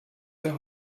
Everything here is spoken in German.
der